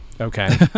Okay